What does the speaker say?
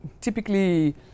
typically